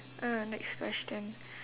uh next question